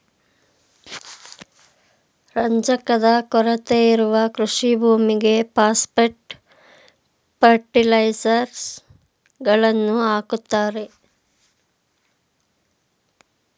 ರಂಜಕದ ಕೊರತೆ ಇರುವ ಕೃಷಿ ಭೂಮಿಗೆ ಪಾಸ್ಪೆಟ್ ಫರ್ಟಿಲೈಸರ್ಸ್ ಗಳನ್ನು ಹಾಕುತ್ತಾರೆ